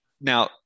Now